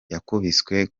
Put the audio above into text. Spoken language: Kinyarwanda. yakubiswe